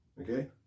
Okay